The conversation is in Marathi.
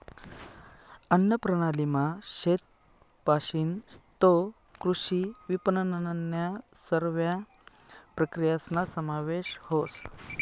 अन्नप्रणालीमा शेतपाशीन तै कृषी विपनननन्या सरव्या प्रक्रियासना समावेश व्हस